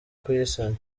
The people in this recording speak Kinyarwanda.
kuyisana